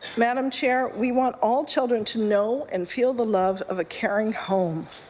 madam chair, we want all children to know and feel the love of a caring home.